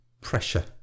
pressure